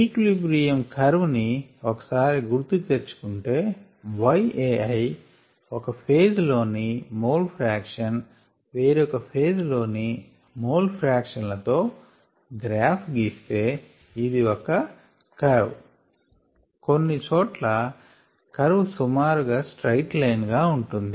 equilibrium curve ని ఒక సారి గుర్తు తెచ్చుకుంటే yAiఒక ఫేజ్ లోని మోల్ ఫ్రాక్షన్ వేరొక ఫేస్ లోని మోల్ ఫ్రాక్షన్ లతో గ్రాఫ్ గీస్తే అది ఒక కర్ప్ కొన్ని చోట్ల కర్వ్ సుమారుగా స్ట్రైట్ లైన్ గా ఉంటుంది